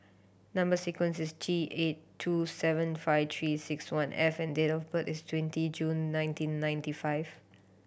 number sequence is T eight two seven five Three Six One F and date of birth is twenty June nineteen ninety five